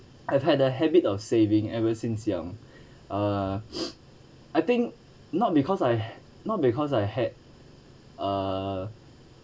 I've had a habit of saving ever since young uh I think not because I not because I had uh